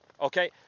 okay